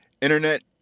internet